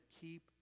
keep